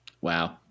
Wow